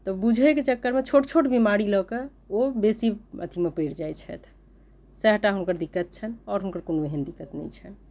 तऽ बुझयके चक्करमे छोट छोट बिमारी लऽ के ओ बेसी अथीमे पड़ि जाइत छथि सएह टा हुनकर दिक्कत छनि आओर हुनकर कोनो एहन दिक्कत नहि छनि